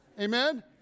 Amen